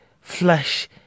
flesh